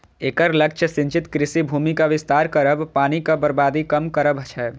एकर लक्ष्य सिंचित कृषि भूमिक विस्तार करब, पानिक बर्बादी कम करब छै